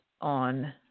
on